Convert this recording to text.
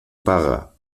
paga